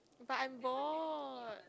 but I'm bored